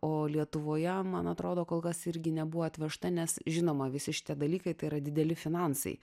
o lietuvoje man atrodo kol kas irgi nebuvo atvežta nes žinoma visi šitie dalykai tai yra dideli finansai